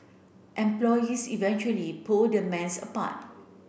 employees eventually pulled the men's apart